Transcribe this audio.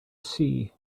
sea